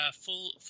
full